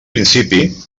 principi